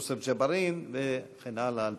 יוסף ג'בארין וכן הלאה,